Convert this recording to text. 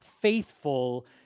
faithful